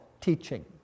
teaching